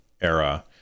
era